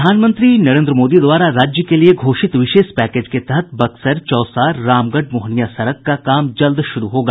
प्रधानमंत्री नरेन्द्र मोदी द्वारा राज्य के लिए घोषित विशेष पैकेज के तहत बक्सर चौसा रामगढ़ मोहनिया सड़क का काम जल्द शुरू होगा